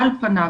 על פניו,